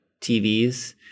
TVs